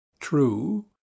True